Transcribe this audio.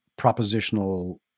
propositional